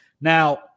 now